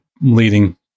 leading